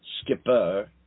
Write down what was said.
skipper